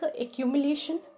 accumulation